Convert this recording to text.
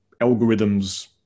algorithms